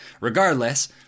regardless